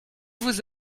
vous